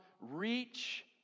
reach